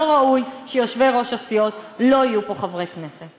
לא ראוי שיושבי-ראש הסיעות לא יהיו פה חברי כנסת.